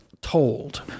told